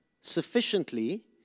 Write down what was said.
sufficiently